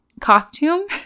costume